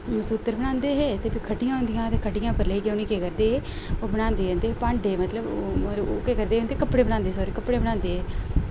सूतर बनांदे हे ते फ्ही खड्डियां होंदियां हियां ते खड्डियैं उप्पर लेईयै उने केह् करदे हे बनांदे जंदे हे भाडें मतलव ओह् केह् करदे ओह्दे कपड़े सारी कपड़े बनांदे हे